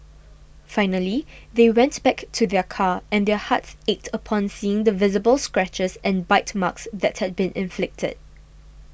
finally they went back to their car and their hearts ached upon seeing the visible scratches and bite marks that had been inflicted